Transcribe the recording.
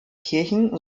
kirchen